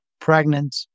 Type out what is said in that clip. pregnant